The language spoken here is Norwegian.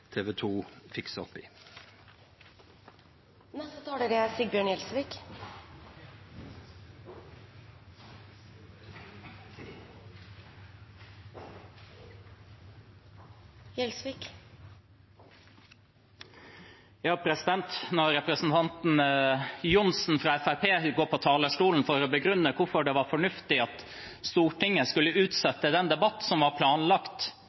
TV 2 fiksa opp i. Når representanten Johnsen fra Fremskrittspartiet går på talerstolen for å begrunne hvorfor det var fornuftig at Stortinget skulle utsette den debatten som var planlagt